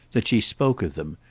that she spoke of them,